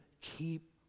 keep